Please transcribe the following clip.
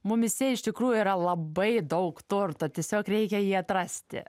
mumyse iš tikrųjų yra labai daug turto tiesiog reikia jį atrasti